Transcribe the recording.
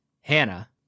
Hannah